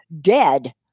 dead